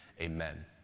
Amen